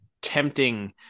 tempting